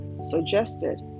suggested